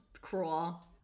cruel